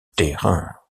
terrain